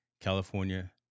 California